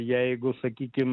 jeigu sakykim